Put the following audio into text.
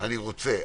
אני רוצה,